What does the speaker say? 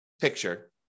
picture